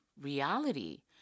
reality